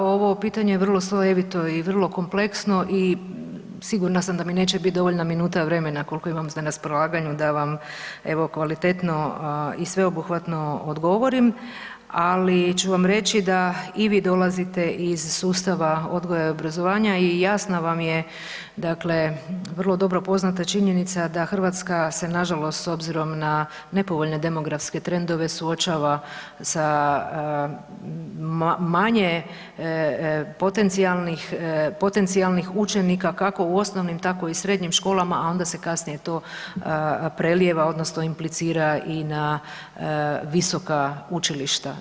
Poštovani kolega, ovo pitanje je vrlo slojevito i vrlo kompleksno i sigurna sam da mi neće biti dovoljna minuta vremena koliko imam za raspolaganju da vam evo, kvalitetno i sveobuhvatno odgovorim, ali ću vam reći da i vi dolazite iz sustava odgoja i obrazovanja i jasna vam je dakle vrlo dobro poznata činjenica da Hrvatska se nažalost, s obzirom na nepovoljne demografske trendove suočava sa manje potencijalnih učenika, kako u osnovnim, tako i srednjim školama, a onda se kasnije to prelijeva odnosno implicira i na visoka učilišta.